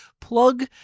plug